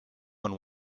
one